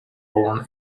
born